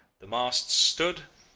the masts stood,